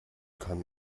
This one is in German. kann